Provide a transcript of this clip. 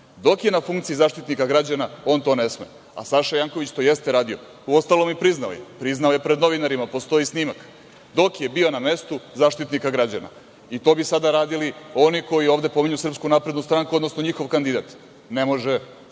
dok je na funkciji Zaštitnika građana, on to ne sme, a Saša Janković to jeste radio, uostalom i priznao je, priznao je pred novinarima, postoji snimak, dok je bio na mestu Zaštitnika građana. To bi sada radili oni koji ovde pominju SNS, odnosno njihov kandidat, ne može. Druga